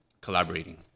collaborating